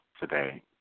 today